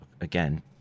again